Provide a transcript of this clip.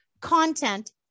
content